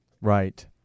Right